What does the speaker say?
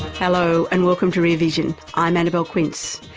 hello, and welcome to rear vision. i'm annabelle quince.